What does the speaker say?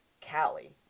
Cali